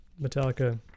metallica